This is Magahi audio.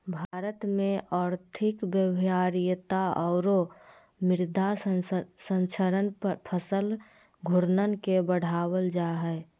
भारत में और्थिक व्यवहार्यता औरो मृदा संरक्षण फसल घूर्णन के बढ़ाबल जा हइ